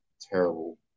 terrible